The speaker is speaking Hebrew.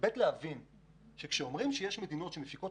וגם להבין שכשאומרים שיש מדינות שמפיקות